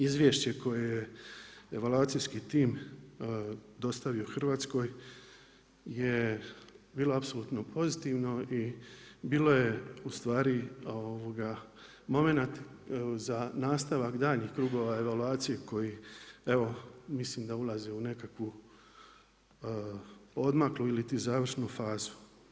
Izvješće koje je evaluacijski tim dostavio Hrvatskoj je bilo apsolutno pozitivno i bilo je ustvari moment za nastavak daljnjih krugova evaluacije koji evo mislim da ulaze u nekakvu odmaklu ili ti završnu fazu.